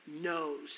knows